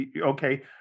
Okay